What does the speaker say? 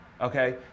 okay